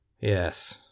Yes